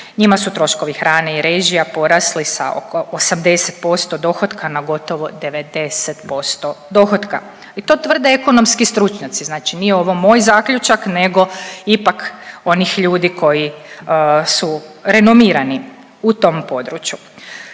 Njima su troškovi hrane i režija porasli sa oko 80% dohotka na gotovo 90% dohotka. I to tvrde ekonomski stručnjaci, znači nije ovo moj zaključak nego ipak onih ljudi koji su renomirani u tom području.